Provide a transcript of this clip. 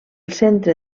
centre